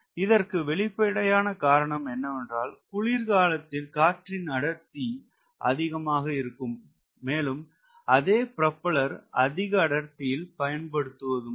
இதற்கு வெளிப்படையான காரணம் என்னவென்றால் குளிர் காலத்தில் காற்றின் அடர்த்தி அதிகமாக இருக்கும் மேலும் அதே ப்ரொபெல்லரை அதிக அடர்த்தியில் பயன்படுத்துவதும் தான்